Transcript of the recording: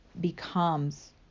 becomes